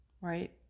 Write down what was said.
right